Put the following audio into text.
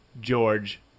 George